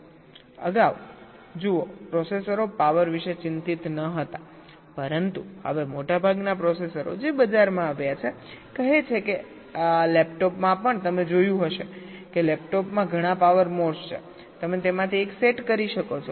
અગાઉ જુઓ પ્રોસેસરો પાવર વિશે ચિંતિત ન હતા પરંતુ હવે મોટાભાગના પ્રોસેસરો જે બજારમાં આવ્યા છે કહે છે કે લેપટોપમાં પણ તમે જોયું હશે કે લેપટોપમાં ઘણા પાવર મોડ્સ છે તમે તેમાંથી એક સેટ કરી શકો છો